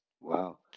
Wow